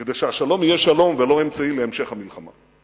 כדי שהשלום יהיה שלום ולא אמצעי להמשך המלחמה.